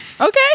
Okay